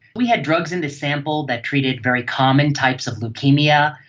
we had drugs in this sample that treated very common types of leukaemia,